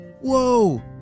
Whoa